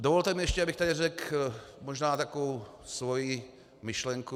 Dovolte mi ještě, abych tady řekl možná takovou svoji myšlenku.